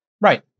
Right